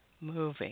moving